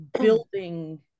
building